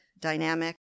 dynamic